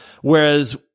Whereas